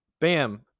Bam